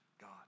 God